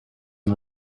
and